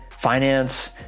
finance